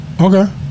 Okay